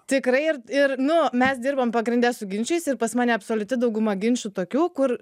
tikrai ir ir nu mes dirbam pagrinde su ginčiais ir pas mane absoliuti dauguma ginčų tokių kur